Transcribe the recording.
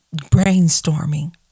Brainstorming